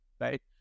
right